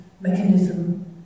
mechanism